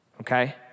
Okay